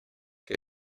que